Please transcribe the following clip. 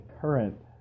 current